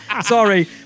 Sorry